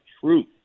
truth